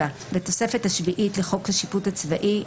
התובע הצבאי" (7) בתוספת השביעית לחוק השיפוט הצבאי,